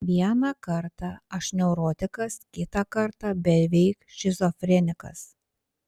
vieną kartą aš neurotikas kitą kartą beveik šizofrenikas